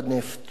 לעומתו,